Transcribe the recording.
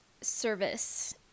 service